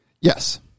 Yes